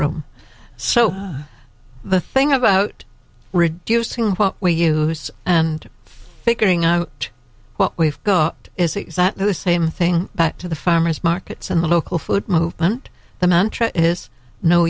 room so the thing about reducing what we use and figuring out what we've got is exactly the same thing back to the farmer's markets and the local food movement the